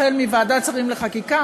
החל מוועדת שרים לחקיקה,